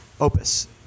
Opus